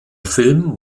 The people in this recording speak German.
film